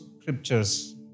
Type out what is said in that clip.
scriptures